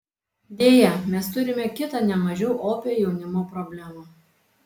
deja mes turime kitą ne mažiau opią jaunimo problemą